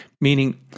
Meaning